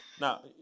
now